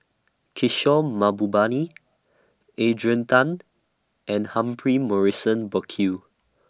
Kishore Mahbubani Adrian Tan and Humphrey Morrison Burkill